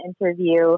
interview